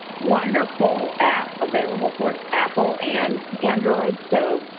wonderful app available for apple and android. so,